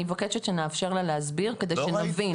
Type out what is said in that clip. אני מבקשת שנאפשר לה להסביר כדי להבין.